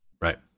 Right